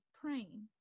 praying